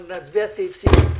רגע,